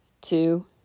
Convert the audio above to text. Two